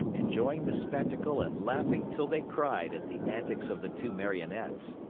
enjoying the spectacle and laughing till they cried at the antics of the two marionettes.